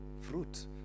Fruit